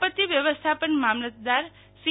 આપત્તિ વ્યવસ્થાપન મામલતદાર સી